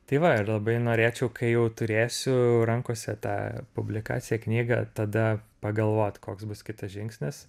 tai va ir labai norėčiau kai jau turėsiu rankose tą publikaciją knygą tada pagalvot koks bus kitas žingsnis